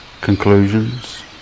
conclusions